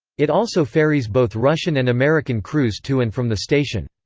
it also ferries both russian and american crews to and from the station.